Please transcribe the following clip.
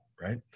right